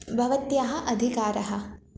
भवतः अधिकारः